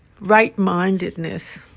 right-mindedness